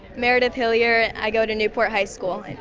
meredith hillier, i go to newport high school. and